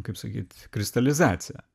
kaip sakyt kristalizacija